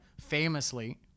famously